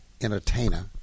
entertainer